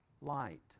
light